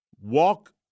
walk